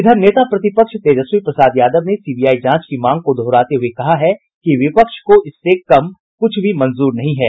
इधर नेता प्रतिपक्ष तेजस्वी प्रसाद यादव ने सीबीआई जांच की मांग को दोहराते हुए कहा है कि विपक्ष को इससे कम कुछ भी मंजूर नहीं है